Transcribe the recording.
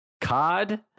COD